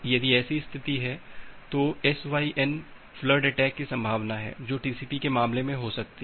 यदि ऐसी स्थिति है तो एसवाईएन फ्लड अटैक की संभावना है जो टीसीपी के मामले में हो सकती है